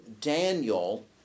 Daniel